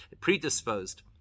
predisposed